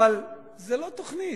אבל זו לא תוכנית.